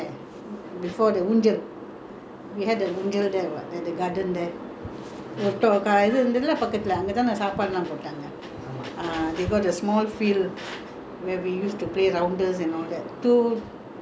ஒரு இது இருந்தது இல்ல பக்கத்துல அங்கதானே சாப்பாடு எல்லா போட்டாங்க:oru ithu irunthathu illa pakkathula anggathaanae saapaadu ella pottaangga ah they got the small field where we used to play rounders and all that two two plus blocks in the centre there's the small field down there we had the reception for my brother